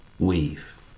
weave